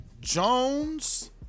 jones